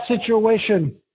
situation